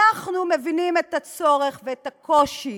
אנחנו מבינים את הצורך ואת הקושי